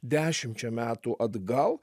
dešimčia metų atgal